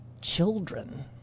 children